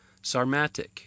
Sarmatic